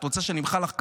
את רוצה שנמחא לך כפיים?